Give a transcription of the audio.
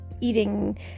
eating